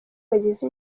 bagize